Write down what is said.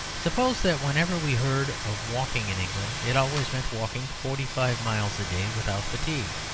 suppose that whenever we heard of walking in england it always meant walking forty-five miles a day without fatigue.